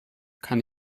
kann